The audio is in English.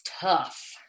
tough